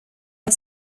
are